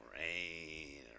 rain